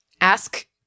ask